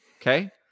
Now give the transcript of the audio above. Okay